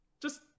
just-